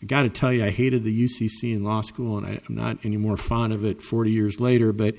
you got to tell you i hated the u c c in law school and i'm not anymore fun of it forty years later but